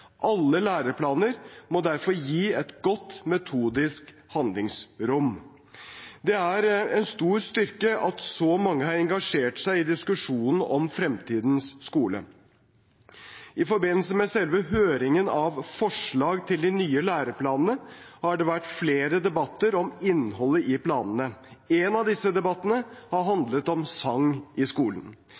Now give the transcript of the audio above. Alle læreplaner må derfor gi et godt metodisk handlingsrom. Det er en stor styrke at så mange har engasjert seg i diskusjonen om fremtidens skole. I forbindelse med selve høringen av forslag til de nye læreplanene har det vært flere debatter om innholdet i planene. En av disse debattene har handlet om sang i skolen.